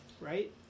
right